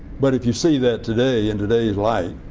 but if you see that today in today's light,